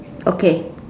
okay